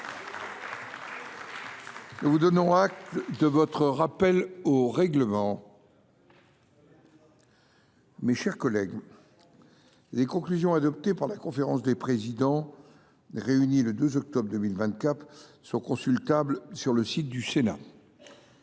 vous est donné de votre rappel au règlement, ma chère collègue. Les conclusions adoptées par la conférence des présidents, réunie le mercredi 2 octobre 2024, sont consultables sur le site du Sénat.